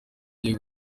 agiye